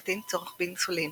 מקטין צורך באינסולין,